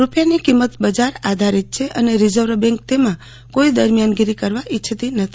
રૂપિયાની કિંમત બજાર આધારિત છેઅને રીઝર્વ બેન્ક તેમાં કોઇ દરમિયાનગીરી કરવા ઇચ્છતી નથી